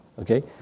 Okay